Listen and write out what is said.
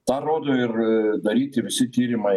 tą rodo ir daryti visi tyrimai